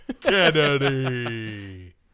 Kennedy